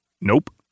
Nope